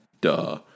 Duh